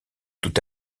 tout